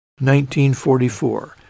1944